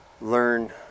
learn